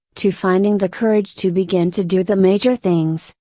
to finding the courage to begin to do the major things,